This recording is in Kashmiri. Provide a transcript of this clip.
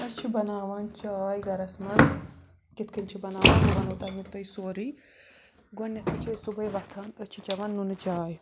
أسۍ چھِ باناوان چاے گَرَس منٛز کِتھ کَنہِ چھِ بناوان بہٕ وَنَو تۄہہِ سورٕے گۄڈٕنٮ۪تھٕے چھِ أسۍ صُبحٲے وۄتھان أسۍ چھِ چٮ۪وان نُنہٕ چاے